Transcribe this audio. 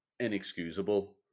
inexcusable